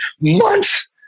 months